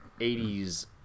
80s